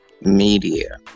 media